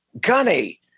Gunny